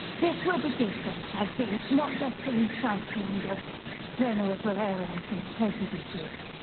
this will be different i think. not just a recycling of venerable errors and prejudices.